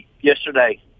Yesterday